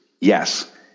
Yes